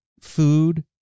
food